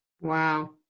Wow